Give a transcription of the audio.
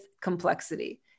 complexity